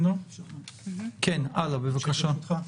הלאה בבקשה.